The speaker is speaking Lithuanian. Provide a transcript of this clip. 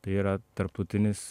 tai yra tarptautinis